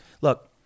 Look